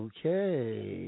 Okay